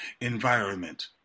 environment